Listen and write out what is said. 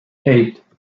eight